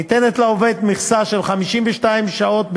ניתנת לעובד מכסה של 52 שעות בשנה,